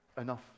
enough